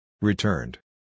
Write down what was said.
Returned